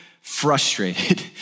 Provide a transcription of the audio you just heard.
frustrated